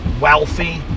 wealthy